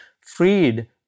freed